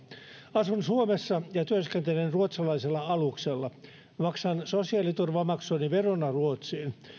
asun suomessa ja työskentelen ruotsalaisella aluksella maksan sosiaaliturvamaksuni verona ruotsiin